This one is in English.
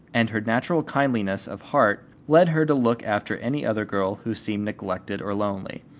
and her natural kindliness of heart led her to look after any other girl who seemed neglected or lonely.